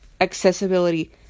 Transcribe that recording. accessibility